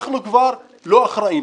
אנחנו כבר לא אחראים